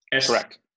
Correct